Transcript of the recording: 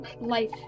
life